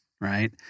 right